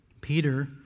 Peter